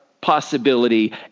possibility